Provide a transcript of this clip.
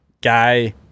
Guy